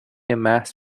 محض